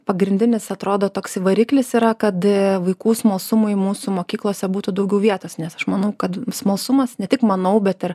pagrindinis atrodo toks variklis yra kad vaikų smalsumui mūsų mokyklose būtų daugiau vietos nes aš manau kad smalsumas ne tik manau bet ir